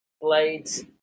blades